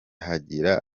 hagira